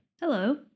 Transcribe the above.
Hello